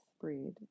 breed